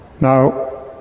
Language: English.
Now